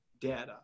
data